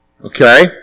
Okay